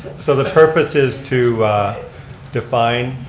so the purpose is to define